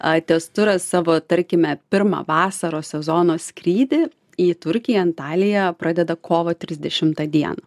ai tezturas savo tarkime pirmą vasaros sezono skrydį į turkiją antalija pradeda kovo trisdešimtą dieną